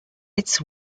its